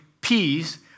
peace